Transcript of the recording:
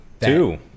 Two